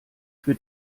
für